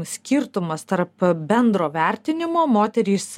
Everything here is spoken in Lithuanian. skirtumas tarp bendro vertinimo moterys